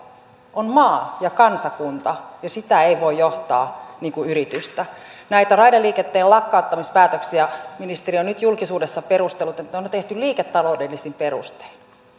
on maa ja kansakunta ja sitä ei voi johtaa niin kuin yritystä näitä raideliikenteen lakkauttamispäätöksiä ministeri on nyt julkisuudessa perustellut että ne on tehty liiketaloudellisin perustein